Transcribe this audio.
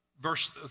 verse